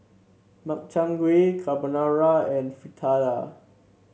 Makchang Gui Carbonara and Fritada